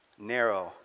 Narrow